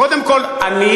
קודם כול אני,